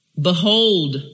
behold